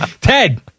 Ted